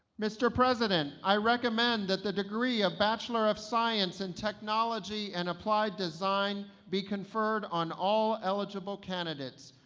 mr. president, i recommend that the degree of bachelor of science and technology and applied design be conferred on all eligible candidates.